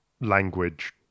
language